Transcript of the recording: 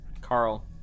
Carl